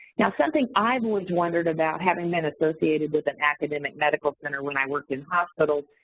now, something i've always wondered about, having been associated with an academic medical center when i worked in hospitals,